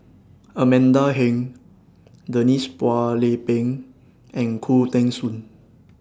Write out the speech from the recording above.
Amanda Heng Denise Phua Lay Peng and Khoo Teng Soon